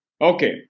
Okay